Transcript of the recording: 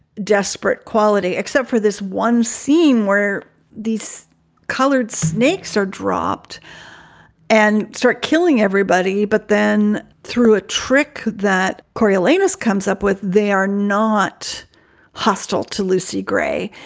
desperate quality, except for this one scene where these colored snakes are dropped and start killing everybody. but then through a trick that coriolanus comes up with, they are not hostile to lucy gray.